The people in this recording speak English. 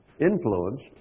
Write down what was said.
influenced